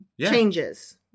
changes